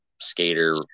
skater